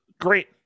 Great